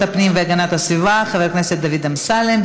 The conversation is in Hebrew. הפנים והגנת הסביבה, חבר הכנסת דוד אמסלם.